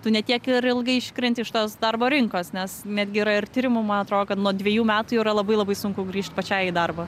tu ne tiek ir ilgai iškrenti iš tos darbo rinkos nes netgi yra ir tyrimų man atro kad nuo dviejų metų jau yra labai labai sunku grįžt pačiai į darbą